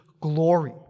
glory